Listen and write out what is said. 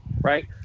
right